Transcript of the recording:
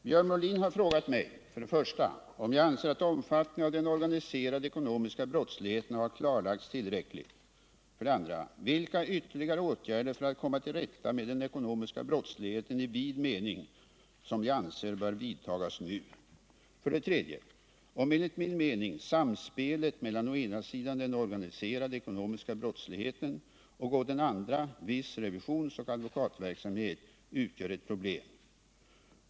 Björn Molin har frågat mig 1. om jag anser att omfattningen av den organiserade ekonomiska brottsligheten har kartlagts tillräckligt, 2. vilka ytterligare åtgärder för att komma till rätta med den ekonomiska brottsligheten i vid mening som jag anser bör vidtas nu, 3. om enligt min mening samspelet mellan å ena sidan den organiserade ekonomiska brottsligheten och å den andra viss revisionsoch advokatverksamhet utgör ett problem.